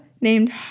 named